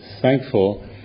thankful